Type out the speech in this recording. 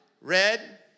red